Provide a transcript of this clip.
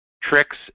tricks